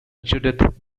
judith